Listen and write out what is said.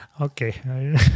Okay